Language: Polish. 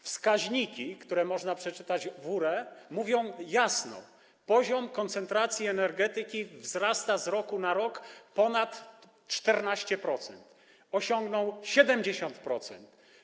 Wskaźniki, z którymi można się zapoznać w URE, mówią jasno: poziom koncentracji energetyki wzrasta z roku na rok o ponad 14%, osiągnął 70%.